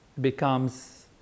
becomes